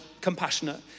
compassionate